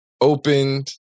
opened